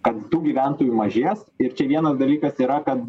kad tų gyventojų mažės ir čia vienas dalykas yra kad